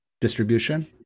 distribution